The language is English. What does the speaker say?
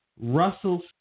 Russell